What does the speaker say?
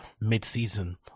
mid-season